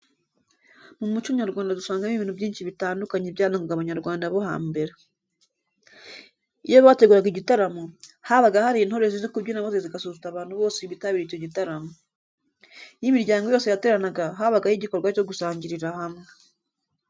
Mu muco nyarwanda dusangamo ibintu byinshi bitandukanye byarangaga Abanyarwanda bo hambere. Iyo bateguraga igitaramo, habaga hari intore zizi kubyina maze zigasusurutsa abantu bose bitabiriye icyo gitaramo. Iyo imiryango yose yateranaga habagaho igikorwa cyo gusangirira hamwe.